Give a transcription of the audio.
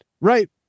Right